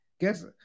Guess